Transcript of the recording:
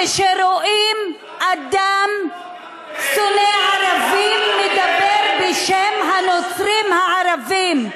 כשרואים אדם שונא ערבים מדבר בשם הנוצרים הערבים.